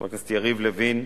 חבר הכנסת יריב לוין,